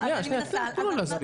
שנייה, תנו לה להסביר.